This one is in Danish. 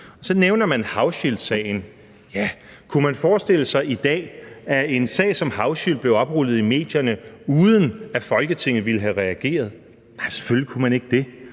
Så nævner man Hauschildtsagen. Ja, kunne man forestille sig i dag, at en sag som Hauschildtsagen blev oprullet i medierne, uden at Folketinget ville have reageret? Nej, selvfølgelig kunne man ikke det,